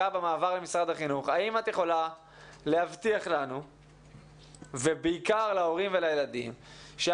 לבית הספר וילמד כמות כל כך גדולה של ילדים ויגיע לבתים של ילדים עם